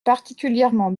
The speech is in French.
particulièrement